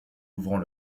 ouvrant